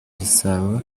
gisabo